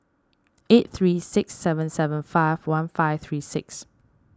eight three six seven seven five one five three six